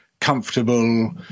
comfortable